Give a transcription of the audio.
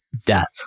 death